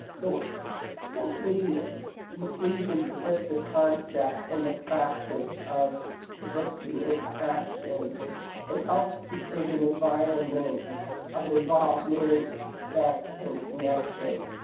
so essentially inclusion puts the concept and the practice of diversity into action and helps to create an environment of involvement, respect, and connection.